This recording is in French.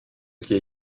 qui